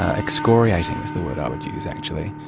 ah excoriating is the word i would use, actually.